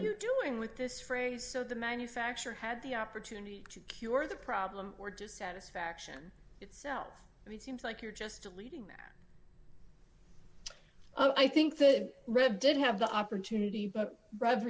you doing with this phrase so the manufacturer had the opportunity to cure the problem or dissatisfaction itself and it seems like you're just deleting that i think the red did have the opportunity but